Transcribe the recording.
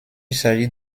s’agit